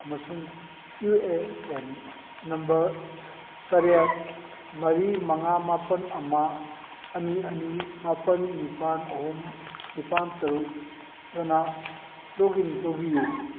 ꯑꯃꯁꯨꯡ U A N number ꯇꯔꯦꯠ ꯃꯔꯤ ꯃꯉꯥ ꯃꯥꯄꯜ ꯑꯃ ꯑꯅꯤ ꯑꯅꯤ ꯃꯥꯄꯜ ꯅꯤꯄꯥꯜ ꯑꯍꯨꯝ ꯅꯤꯄꯥꯜ ꯇꯔꯨꯛꯅ ꯂꯣꯛꯏꯟ ꯇꯧꯕꯤꯌꯨ